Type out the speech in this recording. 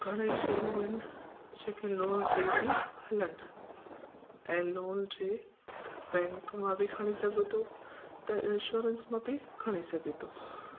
घणेई शयूं आहिनि जेकी लोन ते पेई हलनि ऐं लोन जे बैंक बि खणी सघे थो त इंश्योरंस मां बि खणी सघे थो